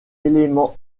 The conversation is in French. élément